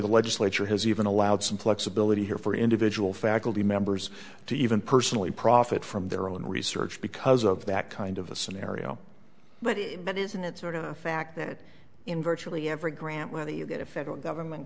the legislature has even allowed some flexibility here for individual faculty members to even personally profit from their own research because of that kind of a scenario but it but isn't it sort of a fact that in virtually every grant whether you get a federal government